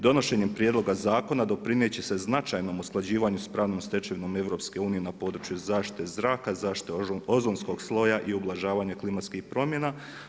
Donošenjem prijedloga zakona doprinijet će se značajnom usklađivanju sa pravnom stečevinom EU na području zaštite zraka, zaštite ozonskog sloja i ublažavanje klimatskih promjena.